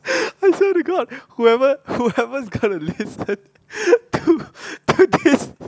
I swear to god whoever whoever is gonna listen to this